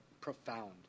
profound